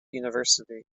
university